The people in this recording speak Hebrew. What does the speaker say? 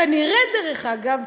כנראה, דרך אגב,